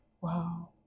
wow